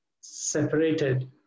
separated